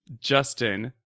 justin